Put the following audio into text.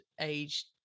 age